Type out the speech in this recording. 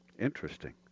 interesting